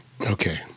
Okay